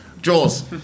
Jaws